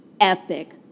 epic